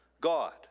God